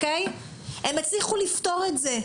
הם הצליחו לפתור את זה,